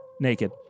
naked